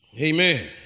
Amen